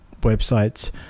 websites